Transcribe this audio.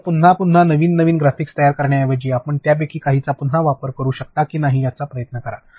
तर पुन्हा पुन्हा नवीन नवीन ग्राफिक्स तयार करण्याऐवजी आपण त्यापैकी काहींचा पुन्हा वापर करू शकता की नाही याचा प्रयत्न करा